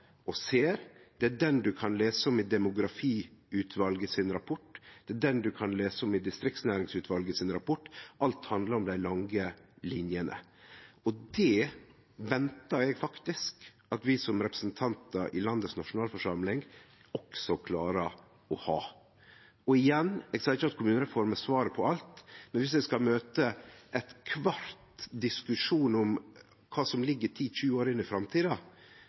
og ser. Det er den ein kan lese om i rapporten frå demografiutvalet. Det er den ein kan lese om i rapporten frå distriktsnæringsutvalet. Alt handlar om dei lange linjene. Det ventar eg faktisk at vi som representantar i landets nasjonalforsamling også klarar å ha. Eg sa ikkje at kommunereform er svaret på alt, men er det slik ein skal møte kvar ein diskusjon om kva som ligg 10–20 år inn i framtida?